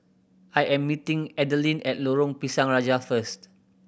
I am meeting Adalyn at Lorong Pisang Raja first